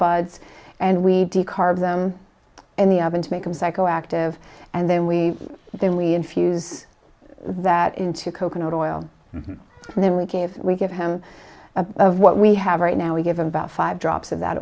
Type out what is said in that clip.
carve them in the oven to make them psychoactive and then we then we infuse that into coconut oil and then we gave we give him a of what we have right now we give him about five drops of that